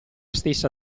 stessa